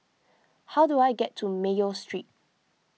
how do I get to Mayo Street